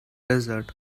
desert